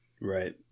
Right